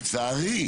לצערי,